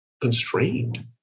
constrained